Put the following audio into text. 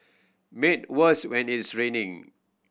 made worse when it's raining